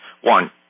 One